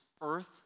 earth